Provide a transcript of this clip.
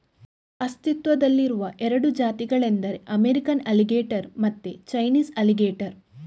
ಅಸ್ತಿತ್ವದಲ್ಲಿರುವ ಎರಡು ಜಾತಿಗಳೆಂದರೆ ಅಮೇರಿಕನ್ ಅಲಿಗೇಟರ್ ಮತ್ತೆ ಚೈನೀಸ್ ಅಲಿಗೇಟರ್